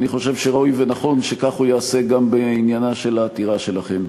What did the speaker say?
אני חושב שראוי ונכון שכך הוא יעשה גם בעניינה של העתירה שלכם.